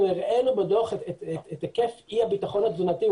אנחנו הראינו בדוח את היקף אי הביטחון התזונתי,